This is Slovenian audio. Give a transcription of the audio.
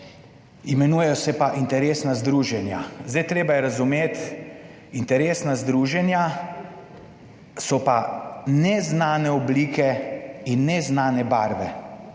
imenujejo se pa interesna združenja. Zdaj, treba je razumeti, interesna združenja so pa neznane oblike in neznane barve,